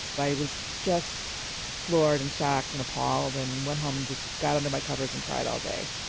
i was just floored and shocked and appalled and went home and just got under my covers and cried all day.